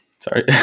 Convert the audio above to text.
sorry